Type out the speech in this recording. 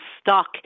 stuck